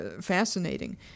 Fascinating